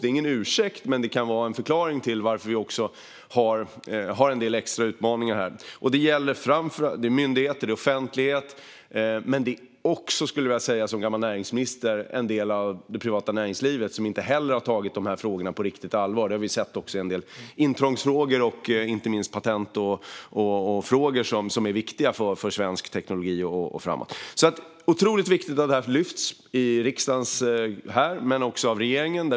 Det är ingen ursäkt, men det kan vara en förklaring till varför det finns en del extra utmaningar. Det är fråga om myndigheter och offentlighet, och som gammal näringsminister kan jag säga att en del av det privata näringslivet inte heller har tagit frågorna på riktigt allvar. Det har vi sett i en del intrångs och patentfrågor, som är viktiga för svensk teknik. Det är otroligt viktigt att dessa frågor lyfts upp i riksdagen och i regeringen.